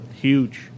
Huge